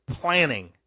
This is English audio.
planning